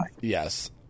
Yes